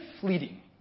fleeting